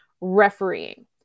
refereeing